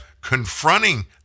confronting